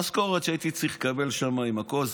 המשכורות שהייתי צריך לקבל שם עם הכול,